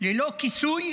ללא כיסוי